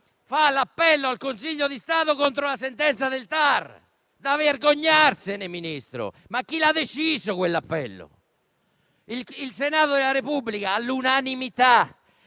un appello al Consiglio di Stato contro la sentenza del TAR. È vergognoso, signor Ministro! Ma chi lo ha deciso quell'appello? Il Senato della Repubblica, all'unanimità,